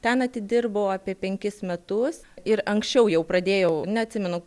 ten atidirbau apie penkis metus ir anksčiau jau pradėjau neatsimenu